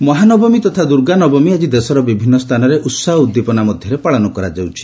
ମହାନବମୀ ମହାନବୀ ତଥା ଦୁର୍ଗା ନବମୀ ଆଜି ଦେଶର ବିଭିନ୍ନ ସ୍ଥାନରେ ଉତ୍ସାହ ଓ ଉଦ୍ଦୀପନା ମଧ୍ୟରେ ପାଳନ କରାଯାଉଛି